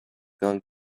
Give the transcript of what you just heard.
gone